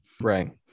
right